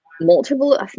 multiple